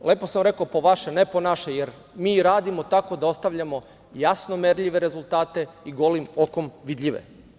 Lepo sam rekao - po vaše, ne po naše, jer mi radimo tako da ostavljamo jasno merljive rezultate i golim okom vidljive.